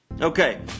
Okay